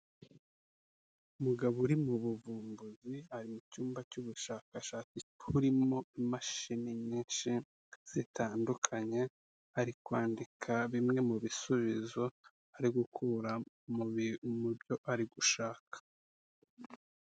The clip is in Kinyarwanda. Umugabo uri mu buvumbuzi, ari mu cyumba cy'ubushakashatsi burimo imashini nyinshi zitandukanye, ari kwandika bimwe mu bisubizo ari gukura mu byo ari gushaka.